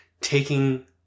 taking